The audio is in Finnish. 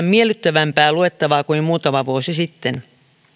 miellyttävämpää luettavaa kuin muutama vuosi sitten